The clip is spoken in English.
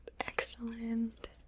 Excellent